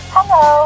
Hello